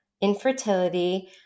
infertility